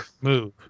move